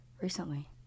recently